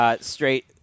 straight